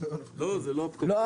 לא, זה לא הפקקים.